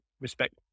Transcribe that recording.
respect